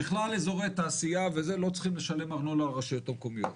היא שאזורי תעשייה לא צריכים לשלם ארנונה לרשויות המקומיות.